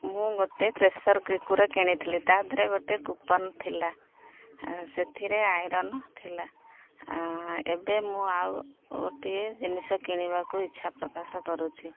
ମୁଁ ଗୋଟେ pressure cooker କିଣିଥିଲି ତା' ଦେହରେ ଗୋଟେ କୁପନ୍ ଥିଲା ସେଥିରେ ଆଇରନ୍ ଥିଲା ଏବେ ମୁଁ ଆଉ ଗୋଟିଏ ଜିନିଷ କିଣିବାକୁ ଇଚ୍ଛା ପ୍ରକାଶ କରୁଛି